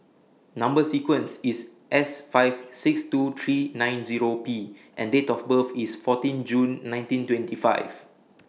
Number sequence IS S five six two three nine Zero P and Date of birth IS fourteen June nineteen twenty five